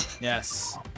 Yes